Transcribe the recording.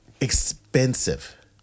expensive